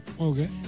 Okay